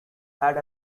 had